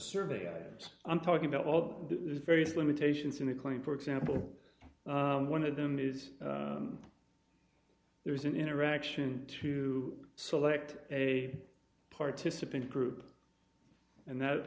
surveyors i'm talking about all the various limitations in a claim for example one of them is there is an interaction to select a participant group and that